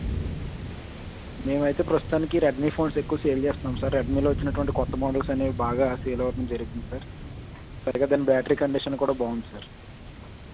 మేము అయితే ప్రస్తుతానికి రెడ్మీ ఫోన్స్ ఎక్కువ సేల్ చేస్తున్నాం సార్ రెడ్మీలో వచ్చినటువంటి కొత్త మోడల్స్ అనేవి బాగా సేల్ అవడం జరుగుతుంది సార్ పైగా దాని బ్యాటరీ కండిషన్ కూడా బాగుంది సార్